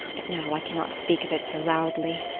but no, i cannot speak of it so loudly.